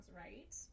right